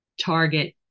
target